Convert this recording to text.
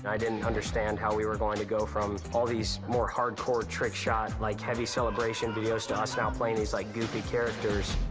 i didn't understand how we were going to go from all these more hardcore trick shot, like, heavy celebration videos to us now playing these, like, goofy characters.